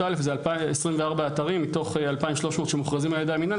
א' זה 24 אתרים מתוך 2,300 שמוכרזים על ידי המינהל,